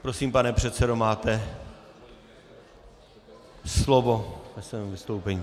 Prosím, pane předsedo, máte slovo ke svému vystoupení.